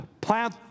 plant